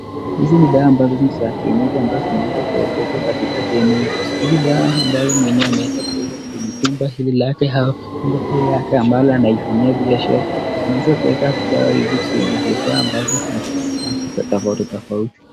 Hizi ni dawa ambazo ni za kienyeji ambayo zimeezwa kuekesha katika ya mwili. Hizi dawa ambayo mwenyewe ameweza kueka kwenye chumba hili lake au chumba hiyo yake ambayo anaifanyia biashara ameweza kueka dawa hizi kwenye vifaa ambazo za tofauti tofauti.